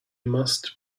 must